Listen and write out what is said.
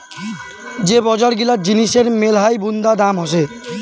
যে বজার গিলাতে জিনিসের মেলহাই বুন্দা দাম হসে